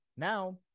Now